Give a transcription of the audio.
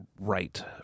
right